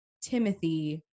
Timothy